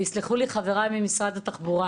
ויסלחו לי חבריי ממשרד התחבורה